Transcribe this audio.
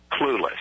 clueless